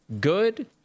good